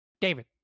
David